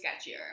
sketchier